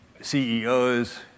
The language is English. CEOs